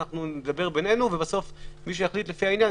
אנחנו נדבר בינינו ובסוף מי שיחליט לפי העניין,